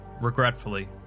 regretfully